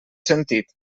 sentit